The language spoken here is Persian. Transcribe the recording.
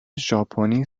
ژاپنی